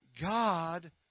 God